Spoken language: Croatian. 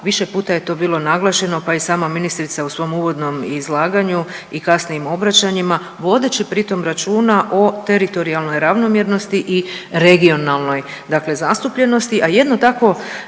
više puta je to bilo naglašeno, pa je i sama ministrica u svom uvodnom izlaganju i kasnijim obraćanjima vodeći pri tom računa o teritorijalnoj ravnomjernosti i regionalnoj dakle zastupljenosti, a jedno takvo